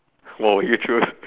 what would you choose